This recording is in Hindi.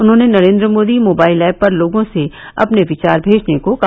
उन्होंने नरेन्द्र मोदी मोबाइल ऐप पर लोगों से अपने विचार भेजने को कहा